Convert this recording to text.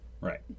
Right